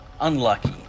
Unlucky